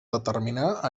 determinar